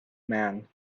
man